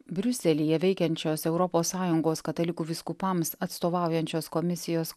briuselyje veikiančios europos sąjungos katalikų vyskupams atstovaujančios komisijos